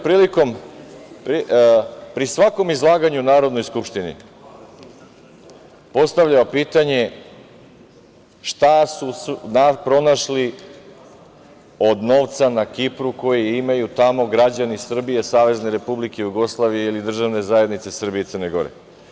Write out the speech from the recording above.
Pri svakom izlaganju u Narodnoj skupštini postavljao sam pitanje šta su pronašli od novca na Kipru koji imaju tamo građani Srbije, Savezne Republike Jugoslavije ili Državne zajednice Srbije i Crne gore.